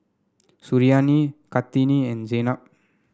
Suriani Kartini and Zaynab